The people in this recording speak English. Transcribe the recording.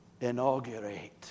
inaugurate